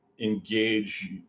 engage